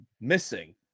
missing